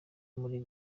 muri